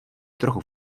trochu